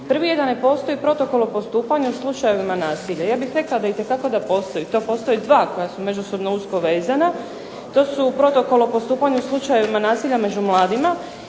Prvi je da ne postoji protokol o postupanju u slučajevima nasilja. Ja bih rekla da itekako da postoji, i to postoje dva koja su međusobno usko vezana. To su Protokol o postupanju u slučajevima nasilja među mladima